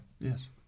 Yes